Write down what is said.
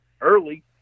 early